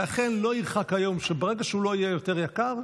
ואכן, לא ירחק היום שברגע שהוא לא יהיה יותר יקר,